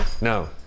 No